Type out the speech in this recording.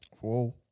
whoa